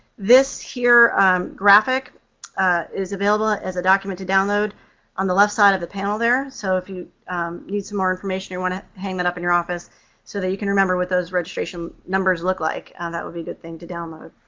this here graphic is available as a document to download on the left side of the panel there, so if you need some more information or you want to hang that up in your office so that you can remember what those registration numbers look like, that would be a good thing to download.